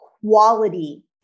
quality